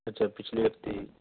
ਅੱਛਾ ਪਿਛਲੇ ਹਫਤੇ